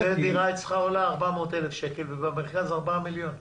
בשביל זה דירה אצלך עולה 400,000 שקל ובמרכז עולה 4 מיליון שקל.